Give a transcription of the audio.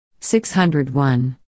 601